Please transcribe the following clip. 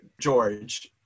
George